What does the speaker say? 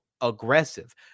aggressive